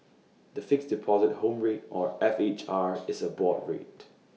the Fixed Deposit Home Rate or F H R is A board rate